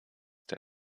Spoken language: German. der